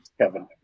Kevin